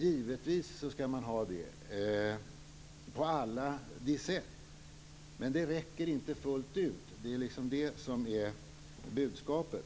Givetvis skall de få det på alla de sätt, men budskapet är att det inte räcker fullt ut.